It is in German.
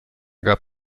gab